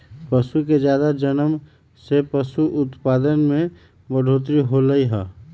पशु के जादा जनम से पशु उत्पाद में बढ़ोतरी होलई ह